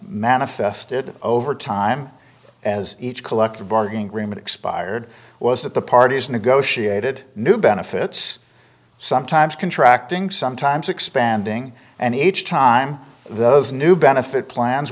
manifested over time as each collective bargaining agreement expired was that the parties negotiated new benefits sometimes contract ink sometimes expanding and each time the those new benefit plans